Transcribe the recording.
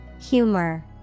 Humor